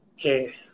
Okay